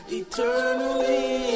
eternally